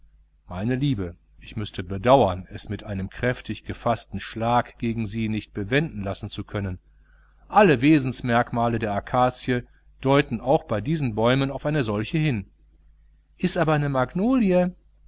meine liebe ich müßte bedauern es mit einem kräftig gefaßten schlag gegen sie nicht bewenden lassen zu können alle wesensmerkmale der akazie deuten auch bei diesen bäumen auf eine solche hin is aber ne magnolie